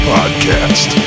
Podcast